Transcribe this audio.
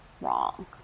wrong